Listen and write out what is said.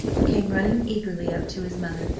who came running eagerly up to his mother,